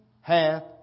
hath